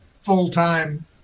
full-time